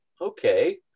Okay